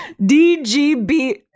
dgb